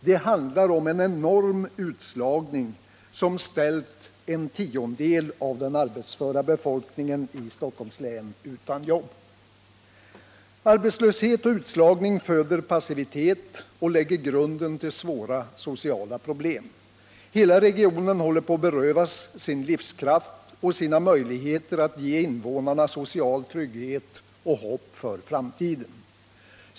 Det handlar om en enorm utslagning som har ställt en tiondel av den arbetsföra befolkningen i Stockholms län utan arbete. Arbetslöshet och utslagning föder passivitet och lägger grunden till svåra sociala problem. Hela regionen håller på att berövas sin livskraft och sina möjligheter att ge invånarna social trygghet och hopp för framtiden.